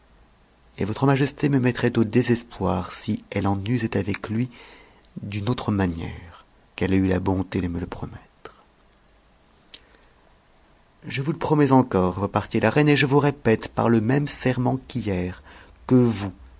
et votre majesté me mettrait au désespoir si elle en usait avec lui d'une autre manière qu'elle a eu la bonté de me le promettre je vous le promets encore repartit la reine et je vous rënctc par le même serment qu'hier que vous